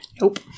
Nope